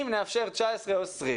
אם נאפשר 19 או 20,